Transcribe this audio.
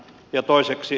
ja toiseksi